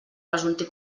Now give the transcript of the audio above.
resulti